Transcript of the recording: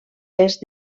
est